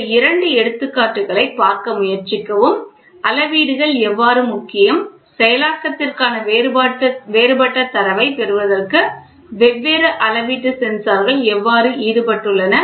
இந்த இரண்டு எடுத்துக்காட்டுகளைப் பார்க்க முயற்சிக்கவும் அளவீடுகள் எவ்வாறு முக்கியம் செயலாக்கத்திற்கான வேறுபட்ட தரவைப் பெறுவதற்கு வெவ்வேறு அளவீட்டு சென்சார்கள் எவ்வாறு ஈடுபட்டுள்ளன